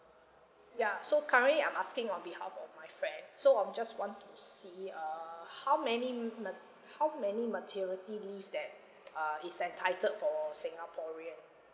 ya so currently I'm asking on behalf of my friend so I'm just want to see err how many m~ ma~ how many maternity leave that uh is entitled for singaporean